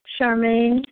Charmaine